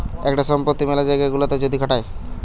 একটা সম্পত্তি মেলা জায়গা গুলাতে যদি খাটায়